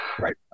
Right